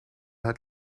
hat